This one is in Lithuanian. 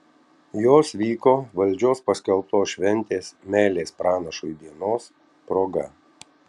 jos vyko valdžios paskelbtos šventės meilės pranašui dienos proga